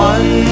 One